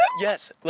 Yes